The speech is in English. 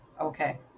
Okay